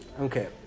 okay